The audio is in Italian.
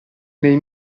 nei